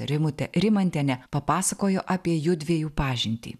rimutė rimantienė papasakojo apie jųdviejų pažintį